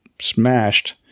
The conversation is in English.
smashed